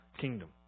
kingdom